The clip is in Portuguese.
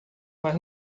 mas